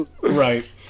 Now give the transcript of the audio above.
Right